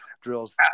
drills